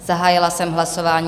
Zahájila jsem hlasování.